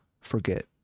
forget